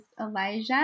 Elijah